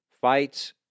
Fights